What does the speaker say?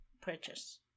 purchase